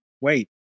Wait